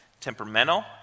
temperamental